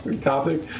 topic